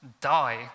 die